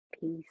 Peace